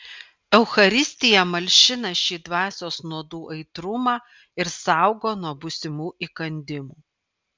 eucharistija malšina šį dvasios nuodų aitrumą ir saugo nuo būsimų įkandimų